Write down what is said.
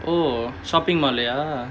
oh shopping mall லய:laya